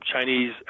Chinese